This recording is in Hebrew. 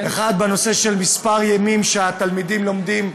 1. בנושא של מספר הימים שהתלמידים לומדים,